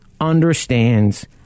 understands